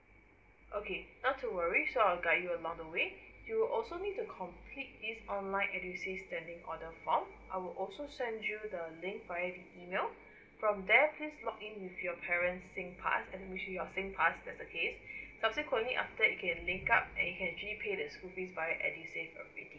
okay not too worry so I will guide you along the way you will also need to complete this online edusave standing order form I will also send you the link via the email from there please log in with your parent singpass your singpass that's the case subsequently after you can link up and you can actually pay the school fees via edusave